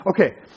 okay